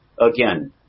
again